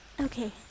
Okay